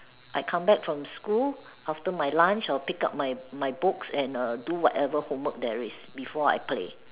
I come back from school after my lunch I will pick up my my books and err do whatever homework there is before I play